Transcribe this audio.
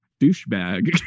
douchebag